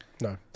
no